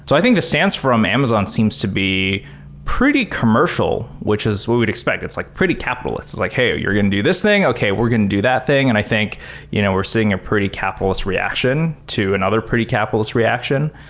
i think the stance from amazon seems to be pretty commercial, which is what we'd expect. it's like pretty capitalists. it's like, hey, you're going to do this thing. okay. we're going to do that thing. and i think you know we're seeing a pretty capitalists reaction to another pretty capitalist reaction.